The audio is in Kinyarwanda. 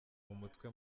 umutwe